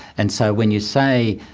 and so when you say,